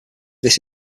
this